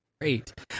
Great